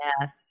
Yes